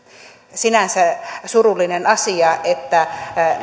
sinänsä surullinen asia että